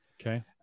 Okay